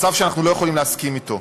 מצב שאנחנו לא יכולים להסכים אתו.